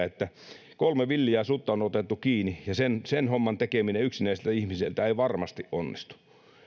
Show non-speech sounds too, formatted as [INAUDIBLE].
[UNINTELLIGIBLE] että kolme villiä sutta on otettu kiinni oli mielestäni niin törkeä sen homman tekeminen yksinäiseltä ihmiseltä ei varmasti onnistu